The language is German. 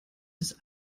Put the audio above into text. des